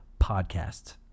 podcasts